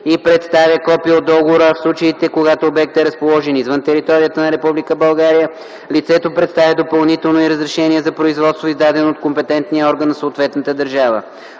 и представя копие от договора, а в случаите, когато обектът е разположен извън територията на Република България, лицето представя допълнително и разрешение за производство, издадено от компетентния орган на съответната държава.